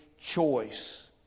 choice